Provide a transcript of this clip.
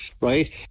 right